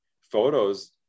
photos